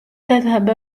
تذهب